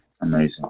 Amazing